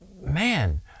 Man